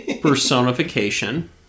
personification